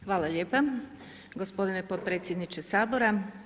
Hvala lijepo gospodin potpredsjedniče Sabora.